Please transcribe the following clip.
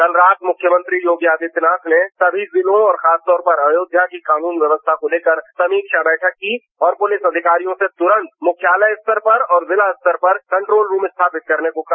कल रात मुख्यमंत्री योगी आदित्यनाथ ने सभी जिलों और खासतौर पर अयोध्या की कानून व्यवस्था को लेकर समीक्षा बैठक की और पुलिस अधिकारियों से तुरंत मुख्यालय स्तर पर और जिला स्तर पर कंट्रोल रूम स्थापित करने को कहा